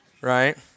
right